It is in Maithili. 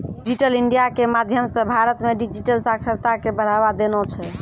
डिजिटल इंडिया के माध्यम से भारत मे डिजिटल साक्षरता के बढ़ावा देना छै